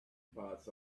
parts